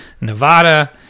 Nevada